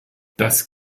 das